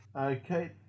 Okay